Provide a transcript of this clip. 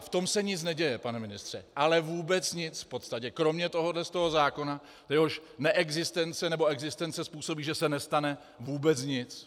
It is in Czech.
V tom se nic neděje, pane ministře, ale vůbec nic v podstatě, kromě tohoto zákona, jehož neexistence nebo existence způsobí, že se nestane vůbec nic.